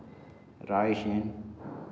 Raisen